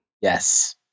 Yes